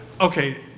Okay